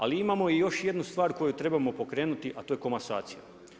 Ali imamo i još jednu stvar koju trebamo pokrenuti a to je komasacija.